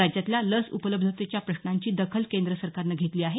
राज्यातल्या लस उपलब्धतेच्या प्रश्नांची दखल केंद्र सरकारनं घेतली आहे